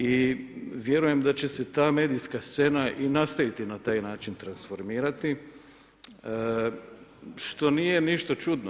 I vjerujem da će se ta medijska scena i nastaviti na taj način transformirati, što nije ništa čudno.